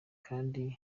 kandi